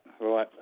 right